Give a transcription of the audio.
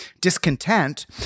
discontent